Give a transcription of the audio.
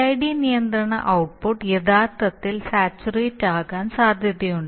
PID നിയന്ത്രണ output യഥാർത്ഥത്തിൽ saturate ആകാൻ സാധ്യതയുണ്ട്